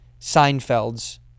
Seinfeld's